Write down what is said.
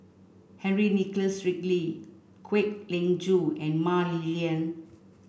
Henry Nicholas Ridley Kwek Leng Joo and Mah Li Lian